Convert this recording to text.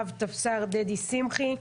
רב טפסר דדי שמחי.